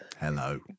Hello